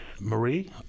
Marie